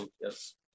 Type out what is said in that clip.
yes